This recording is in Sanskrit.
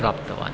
प्राप्तवान्